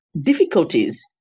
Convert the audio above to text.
difficulties